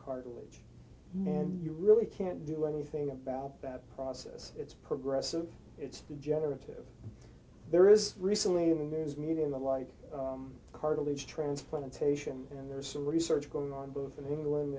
cartilage and you really can't do anything about that process it's progressive it's degenerative there is recently in the news media like cartilage transplantation and there is some research going on both in england